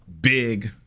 big